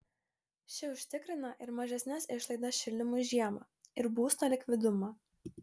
ši užtikrina ir mažesnes išlaidas šildymui žiemą ir būsto likvidumą